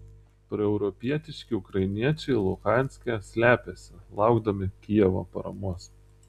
proeuropietiški ukrainiečiai luhanske slepiasi laukdami kijevo paramos